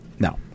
no